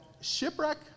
shipwreck